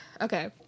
Okay